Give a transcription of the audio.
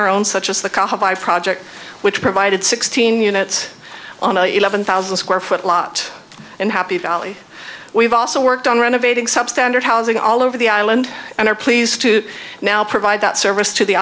our own such as the project which provided sixteen units on a eleven thousand square foot lot in happy valley we've also worked on renovating substandard housing all over the island and are pleased to now provide that service to the